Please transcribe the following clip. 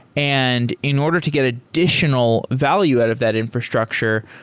and in order to get additional value out of that infrastructure,